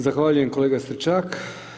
Zahvaljujem kolega Stričak.